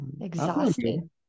exhausted